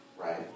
right